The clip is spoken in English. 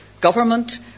government